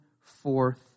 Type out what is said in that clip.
forth